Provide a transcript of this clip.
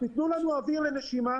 תנו לנו אוויר לנשימה.